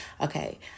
Okay